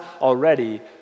already